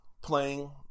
Playing